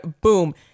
boom